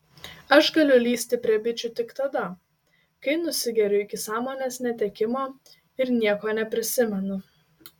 aš galiu lįsti prie bičų tik tada kai nusigeriu iki sąmonės netekimo ir nieko neprisimenu